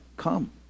come